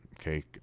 Okay